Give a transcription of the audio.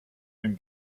dem